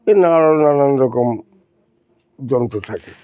এই নানান নানান রকম যন্ত্র থাকে